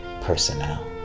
personnel